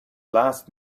last